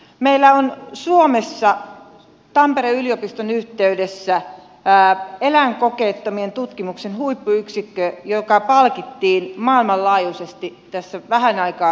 meillä suomessa on tampereen yliopiston yhteydessä eläinkokeettoman tutkimuksen huippuyksikkö joka palkittiin maailmanlaajuisesti tässä vähän aikaa sitten